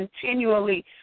continually